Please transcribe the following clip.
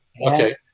Okay